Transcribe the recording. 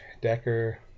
Decker